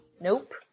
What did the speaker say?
nope